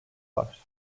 var